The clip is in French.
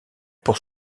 pour